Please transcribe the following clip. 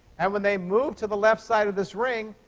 and when they move to the left side of this ring,